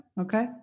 Okay